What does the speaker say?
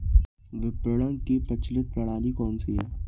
विपणन की प्रचलित प्रणाली कौनसी है?